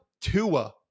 Tua